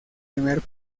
primer